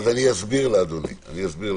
אני אסביר לאדוני.